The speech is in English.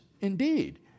indeed